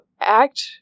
act